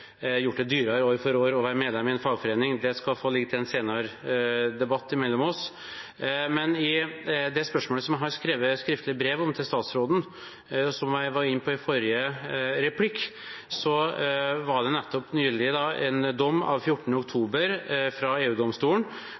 gjort det dyrere å være medlem i en fagforening. Det skal få ligge til en senere debatt mellom oss. Det spørsmålet jeg har skrevet et skriftlig brev om til statsråden, som jeg var inne på i forrige replikk, omhandlet en nylig dom av 14. oktober fra